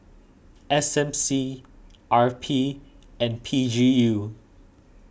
S M C R P and P G U